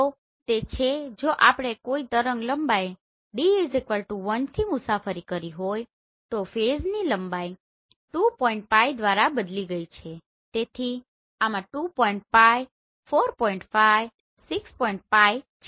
તો તે છે જો આપણે કોઈ તરંગ લંબાઈ d 1 થી મુસાફરી કરી હોય તો ફેઝની લંબાઈ 2⋅ દ્વારા બદલાઈ ગઈ છે તેથી આમ 2⋅ 4 ⋅ 6⋅ છે